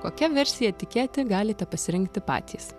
kokia versija tikėti galite pasirinkti patys